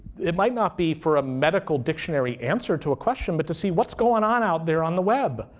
it might not be for a medical dictionary answer to a question but to see, what's going on out there on the web?